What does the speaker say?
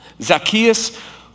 Zacchaeus